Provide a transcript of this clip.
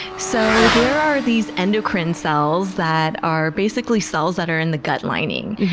so there are these endocrine cells that are basically cells that are in the gut lining,